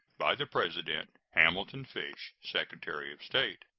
by the president hamilton fish, secretary of state.